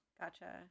Gotcha